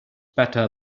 better